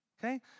okay